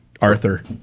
Arthur